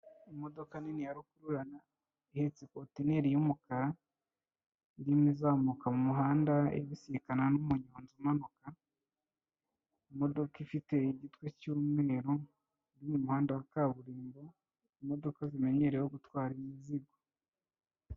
Imodoka nini ya rukururana ihetse kontineri y'umukara, irimo izamuka mu muhanda ibisikana n'umunyonzi umanuka, imodoka ifite igitwe cy'umweruru, iri mu muhanda wa kaburimbo, imodoka zimenyerewe gutwara imizigo.